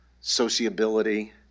sociability